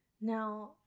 Now